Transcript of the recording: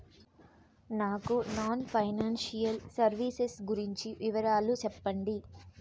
నాకు non financial services గురించి వివరాలు సెప్పండి?